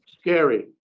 scary